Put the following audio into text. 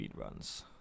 speedruns